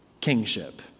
kingship